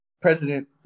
President